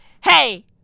hey